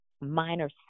minor